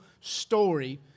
story